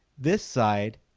this side